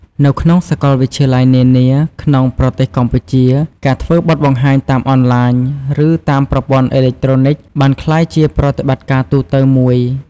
នៅក្នុងសកលវិទ្យាល័យនានាក្នុងប្រទេសកម្ពុជា ការធ្វើបទបង្ហាញតាមអនឡាញ ឬ តាមប្រព័ន្ធអេឡិចត្រូនិកបានក្លាយជាប្រតិបត្តិការទូទៅមួយ។